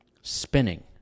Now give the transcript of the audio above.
Spinning